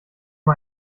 mal